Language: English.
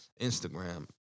Instagram